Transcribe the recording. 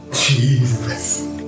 Jesus